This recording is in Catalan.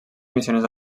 missioners